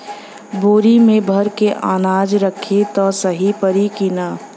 बोरी में भर के अनाज रखायी त सही परी की ना?